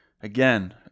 Again